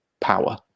power